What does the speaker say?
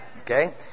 Okay